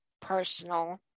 personal